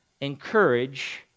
encourage